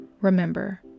Remember